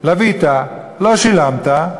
לווית, לא שילמת,